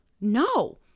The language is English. no